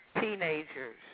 teenagers